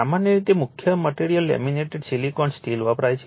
સામાન્ય રીતે મુખ્ય મટેરીઅલ લેમિનેટેડ સિલિકોન સ્ટીલ વપરાય છે